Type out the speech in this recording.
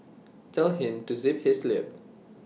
tell him to zip his lip